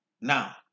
Now